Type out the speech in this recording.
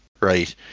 Right